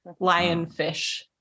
lionfish